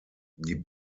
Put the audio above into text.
die